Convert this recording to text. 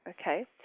okay